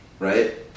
Right